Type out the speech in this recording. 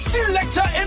Selector